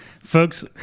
Folks